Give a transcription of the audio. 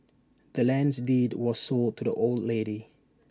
the land's deed was sold to the old lady